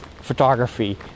photography